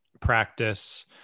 practice